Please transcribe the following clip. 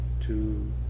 two